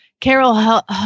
Carol